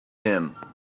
him